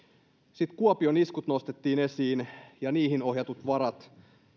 sitten kuopion iskut nostettiin esiin ja niihin ohjatut varat